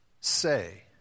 say